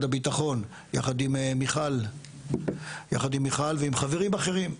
הביטחון יחד עם מיכל יחד עם מיכל ועם חברים אחרים,